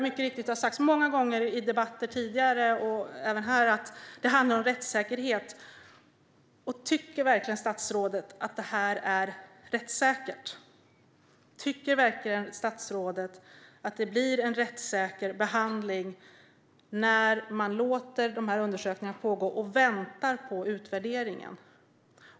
Det har sagts många gånger i tidigare debatter och även i denna. Tycker verkligen statsrådet att detta är rättssäkert? Tycker verkligen statsrådet att det blir en rättssäker behandling när man låter undersökningarna pågå och väntar på utvärderingen?